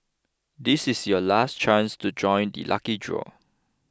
this is your last chance to join the lucky draw